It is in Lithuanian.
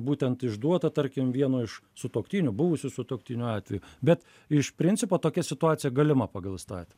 būtent išduotą tarkim vieno iš sutuoktinių buvusių sutuoktinių atveju bet iš principo tokia situacija galima pagal įstatymą